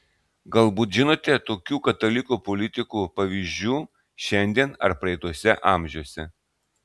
galbūt žinote tokių katalikų politikų pavyzdžių šiandien ar praeituose amžiuose